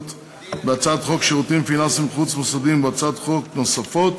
בהצעת חוק שירותים פיננסיים חוץ-מוסדיים ובהצעות חוק נוספות,